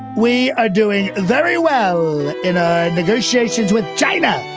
we are doing very well in ah negotiations with china.